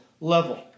level